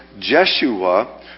Jeshua